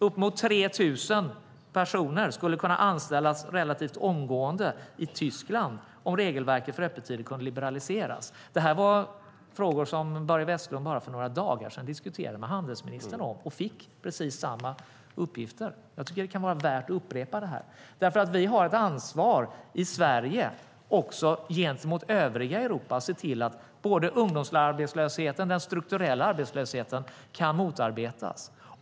Uppemot 3 000 personer skulle kunna anställas relativt omgående i Tyskland om regelverket för öppettider kunde liberaliseras. Detta är frågor som Börje Vestlund diskuterade med handelsministern för bara några dagar sedan och fick då precis samma uppgifter. Jag tycker att det kan vara värt att upprepa detta. Vi har nämligen ett ansvar även i Sverige gentemot övriga Europa att se till att både ungdomsarbetslösheten och den strukturella arbetslösheten kan motarbetas.